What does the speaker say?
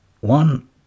One